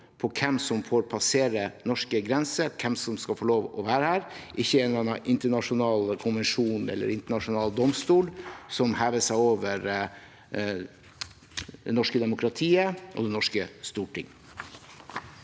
hvem som får passere norske grenser, og hvem som skal få lov til å være her – ikke en eller annen internasjonal konvensjon eller internasjonal domstol som hever seg over det norske demokratiet og det norske stortinget.